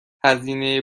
هزینه